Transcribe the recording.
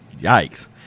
Yikes